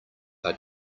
are